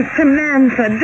Samantha